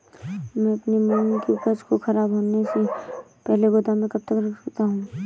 मैं अपनी मूंग की उपज को ख़राब होने से पहले गोदाम में कब तक रख सकता हूँ?